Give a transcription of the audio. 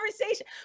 conversation